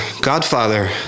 godfather